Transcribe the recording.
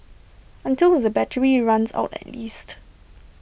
until the battery runs out at least